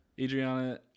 Adriana